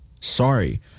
Sorry